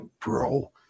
Bro